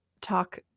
talk